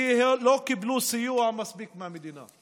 כי הם לא קיבלו מספיק סיוע מהמדינה.